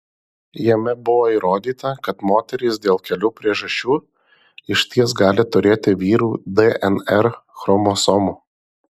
jame buvo įrodyta kad moterys dėl kelių priežasčių išties gali turėti vyrų dnr chromosomų